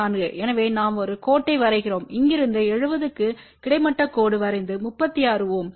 4 எனவே நாம் ஒரு கோட்டை வரைகிறோம் இங்கிருந்து 70 க்கு கிடைமட்ட கோடு வரைந்து 36 Ω